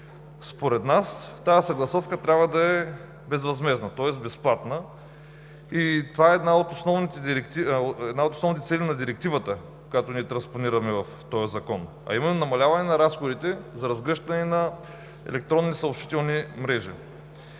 Според нас тази съгласовка трябва да е безвъзмездна, тоест безплатна. И това е една от основните цели на Директивата, която ние транспонираме в този Закон, а именно намаляване на разходите за разгръщане на електронни съобщителни мрежи.